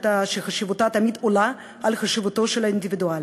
שחשיבותה תמיד עולה על חשיבותו של האינדיבידואל.